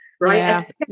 right